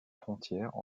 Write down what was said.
frontière